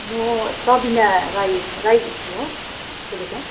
म सबिना राई राई हो बोलेको